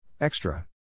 Extra